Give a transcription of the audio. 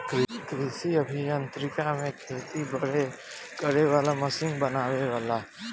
कृषि अभि यांत्रिकी में खेती बारी करे वाला मशीन बनेला